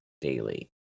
daily